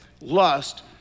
Lust